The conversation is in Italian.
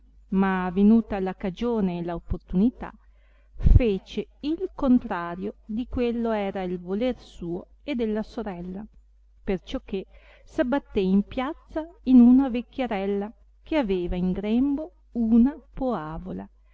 ma venuta la cagione e la opportunità fece il contrario di quello era il voler suo e della sorella perciò che s abbattè in piazza in una vecchiarella che aveva in grembo una poavola